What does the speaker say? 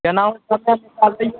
केनाहु समय निकालियौ